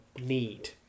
need